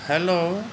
hello